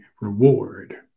reward